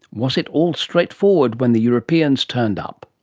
was it all straightforward when the europeans turned up?